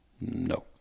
No